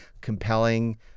compelling